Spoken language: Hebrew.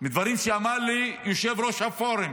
מדברים שאמר לי יושב-ראש הפורום